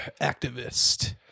activist